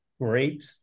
great